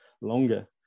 longer